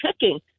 checking